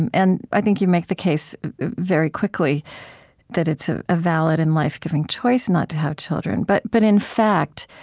and and i think you make the case very quickly that it's ah a valid and life-giving choice not to have children, but but in fact,